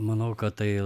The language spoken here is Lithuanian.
manau kad tai